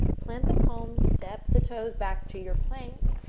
plant the palms, step the toes back to your plank.